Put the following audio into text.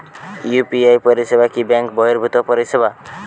UPI পরিসেবা কি bank বর্হিভুত পরিসেবা?